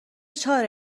چاره